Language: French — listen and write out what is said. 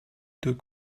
deux